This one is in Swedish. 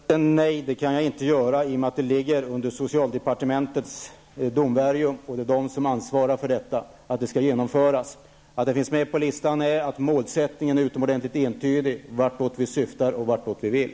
Herr talman! Svaret är: Nej, det kan jag inte göra, eftersom statens hundskola lyder under socialdepartementets domvärjo och det är socialdepartementet som ansvarar för att detta skall genomföras. Att det finns med på listan beror på att målsättningen är utomordentligt entydig -- det visar vart vi syftar och vart vi vill.